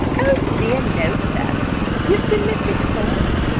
o dear, no, sir you have been misinformed,